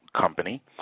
company